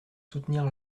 soutenir